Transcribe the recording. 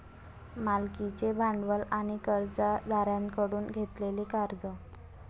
मालकीचे भांडवल आणि कर्जदारांकडून घेतलेले कर्ज